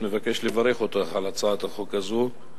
חברת הכנסת, אני מבקש לברך אותך על הצעת החוק הזו,